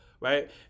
right